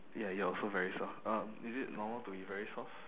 ya you're also very soft um is it normal to be very soft